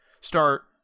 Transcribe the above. start